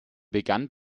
begann